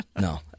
No